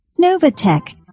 Novatech